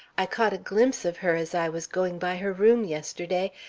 i caught a glimpse of her as i was going by her room yesterday,